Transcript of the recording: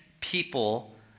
people